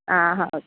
ಹಾಂ ಹೌದು